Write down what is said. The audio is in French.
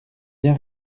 bien